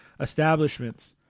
establishments